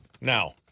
Now